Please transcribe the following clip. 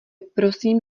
prosím